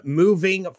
moving